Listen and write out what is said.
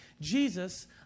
Jesus